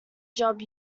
job